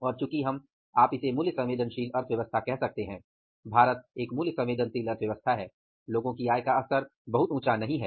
और चूंकि हम आप इसे मूल्य संवेदनशील अर्थव्यवस्था कह सकते हैं भारत एक मूल्य संवेदनशील अर्थव्यवस्था है लोगों की आय का स्तर बहुत ऊँचा नहीं हैं